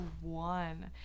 one